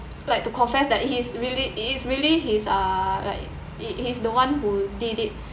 like to confess that he's really he's really he's uh like he he's the one who did it